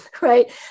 Right